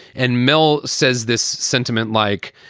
and mel says this sentiment, like,